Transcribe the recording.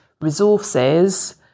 resources